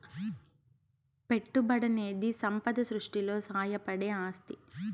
పెట్టుబడనేది సంపద సృష్టిలో సాయపడే ఆస్తి